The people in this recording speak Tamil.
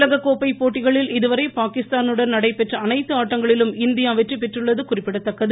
உலகக் கோப்பை போட்டிகளில் இதுவரை பாகிஸ்தானுடன் நடைபெற்ற அனைத்து ஆட்டங்களிலும் இந்தியா வெற்றிபெற்றுள்ளது குறிப்பிடத்தக்கது